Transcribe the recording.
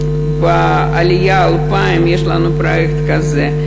ב"עלייה 2000" יש לנו פרויקט כזה,